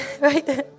Right